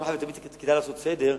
פעם אחת ולתמיד כדאי לעשות סדר.